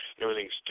everything's